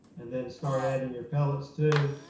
and then start adding your pellets too.